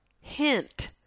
Hint